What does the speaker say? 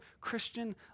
Christian